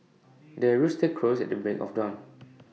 the rooster crows at the break of dawn